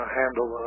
handle